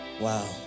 Wow